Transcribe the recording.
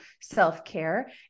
self-care